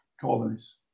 colonies